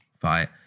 fight